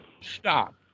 stop